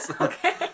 Okay